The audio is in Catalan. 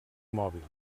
mòbils